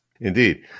Indeed